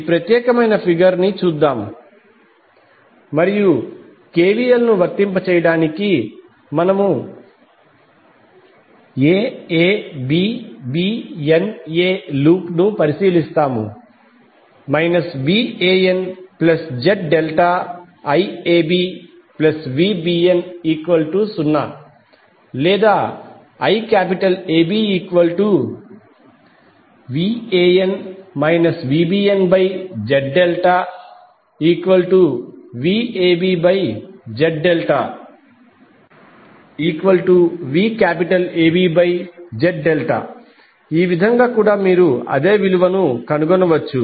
ఈ ప్రత్యేకమైన ఫిగర్ ని చూద్దాం మరియు KVL ను వర్తింపచేయడానికి మనము aABbna లూప్ను పరిశీలిస్తాము VanZ∆IABVbn0 లేదా IABVan VbnZ∆VabZ∆VABZ∆ ఈ విధంగా కూడా మీరు అదే విలువను కనుగొనవచ్చు